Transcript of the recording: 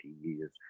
years